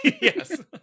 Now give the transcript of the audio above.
yes